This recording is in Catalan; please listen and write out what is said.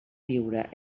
viure